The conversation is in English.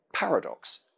Paradox